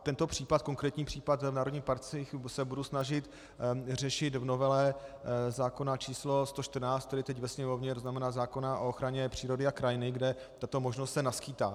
Tento případ, konkrétní případ v národních parcích, se budu snažit řešit v novele zákona číslo 114, který je teď ve Sněmovně, to znamená zákona o ochraně přírody a krajiny, kde se tato možnost naskýtá.